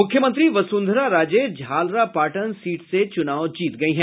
मुख्यमंत्री वसुंधरा राजे झालरापाटन सीट से चुनाव जीत गई हैं